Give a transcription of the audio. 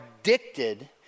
addicted